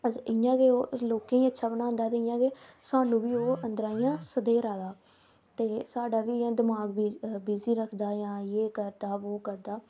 अस इयां गै लोकें अच्छा बनांदा ऐ ते इयां गै साह्नू बी अन्दरा इयां सधेरा दा ते साढ़ा बी इयां दमाग बिजी रक्खदा जां जे करदा बो करदा